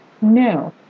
No